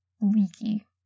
leaky